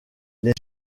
les